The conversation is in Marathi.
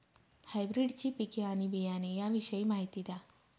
हायब्रिडची पिके आणि बियाणे याविषयी माहिती द्या